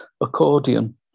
accordion